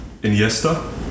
Iniesta